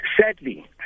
Sadly